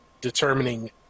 determining